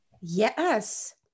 Yes